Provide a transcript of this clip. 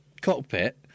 cockpit